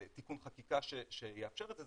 תיקון חקיקה שיאפשר את זה,